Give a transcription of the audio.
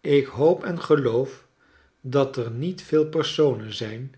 ik hoop en geloof dat er niet veel personen zijn